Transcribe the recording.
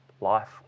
life